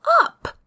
up